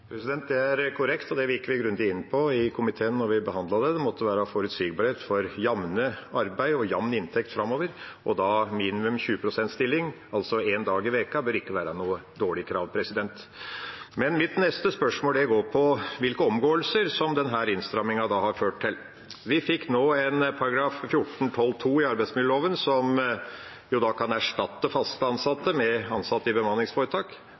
det. Det er korrekt. Det gikk vi grundig inn på i komiteen da vi behandlet det. Det måtte være forutsigbarhet for jamt arbeid og jamn inntekt framover, minimum 20 pst.-stilling, altså én dag i uka, bør ikke være noe dårlig krav. Mitt neste spørsmål går på hvilke omgåelser denne innstrammingen har ført til. Vi fikk nå § 14-12 andre ledd i arbeidsmiljøloven, som kan erstatte fast ansatte med ansatte i bemanningsforetak,